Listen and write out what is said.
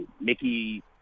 Mickey –